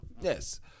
yes